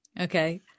Okay